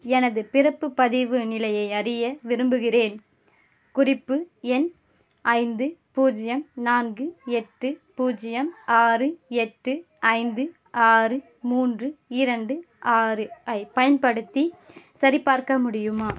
எனது பிறப்பு பதிவு நிலையை அறிய விரும்புகிறேன் குறிப்பு எண் ஐந்து பூஜ்ஜியம் நான்கு எட்டு பூஜ்ஜியம் ஆறு எட்டு ஐந்து ஆறு மூன்று இரண்டு ஆறு ஐப் பயன்படுத்தி சரிபார்க்க முடியுமா